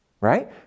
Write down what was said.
right